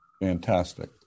Fantastic